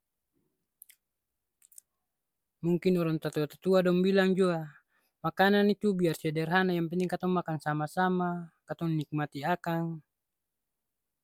Mungkin orang tatua-tatua dong bilang jua, makanang itu biar sederhana yang penting katong makang sama-sama, katong nikmati akang.